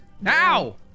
now